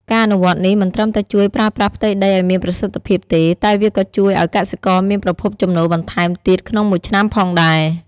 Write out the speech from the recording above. ការអនុវត្តនេះមិនត្រឹមតែជួយប្រើប្រាស់ផ្ទៃដីឱ្យមានប្រសិទ្ធភាពទេ តែវាក៏ជួយឱ្យកសិករមានប្រភពចំណូលបន្ថែមទៀតក្នុងមួយឆ្នាំផងដែរ។